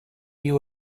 you